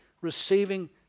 receiving